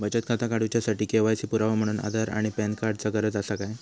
बचत खाता काडुच्या साठी के.वाय.सी पुरावो म्हणून आधार आणि पॅन कार्ड चा गरज आसा काय?